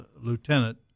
lieutenant